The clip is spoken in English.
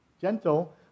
gentle